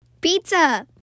Pizza